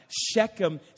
Shechem